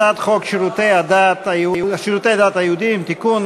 הצעת חוק שירותי הדת היהודיים (תיקון,